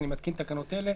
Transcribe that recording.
אני מתקין תקנות אלה: